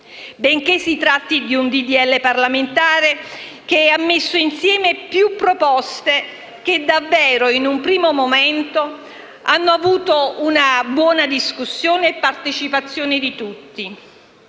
benché si tratti di un disegno di legge parlamentare che ha messo insieme più proposte che davvero, in un primo momento, hanno visto una buona discussione e la partecipazione di tutti.